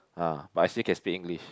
ah but I still can speak English